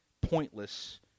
pointless